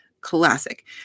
Classic